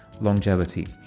longevity